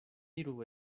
iru